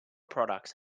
products